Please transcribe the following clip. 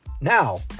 Now